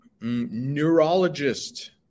neurologist